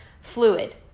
fluid